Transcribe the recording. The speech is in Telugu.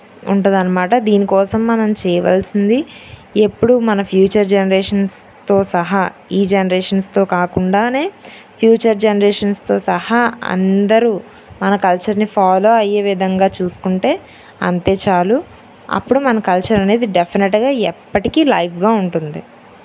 ఉంటుందన్నమాట దీనికోసం మనం చేయవలసింది ఎప్పుడూ మన ఫ్యూచర్ జనరేషన్స్తో సహా ఈ జనరేషన్స్తో కాకుండానే ఫ్యూచర్ జనరేషన్స్తో సహా అందరూ మన కల్చర్ని ఫాలో అయ్యే విధంగా చూసుకుంటే అంతే చాలు అప్పుడు మన కల్చర్ అనేది డెఫినెట్గా ఎప్పటికీ లైవ్గా ఉంటుంది